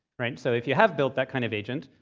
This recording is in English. right? so if you have built that kind of agent,